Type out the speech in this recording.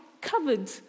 covered